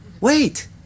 Wait